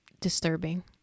disturbing